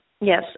Yes